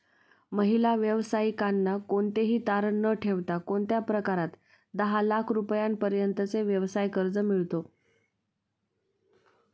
महिला व्यावसायिकांना कोणतेही तारण न ठेवता कोणत्या प्रकारात दहा लाख रुपयांपर्यंतचे व्यवसाय कर्ज मिळतो?